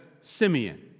Simeon